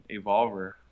Evolver